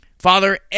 Father